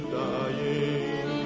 dying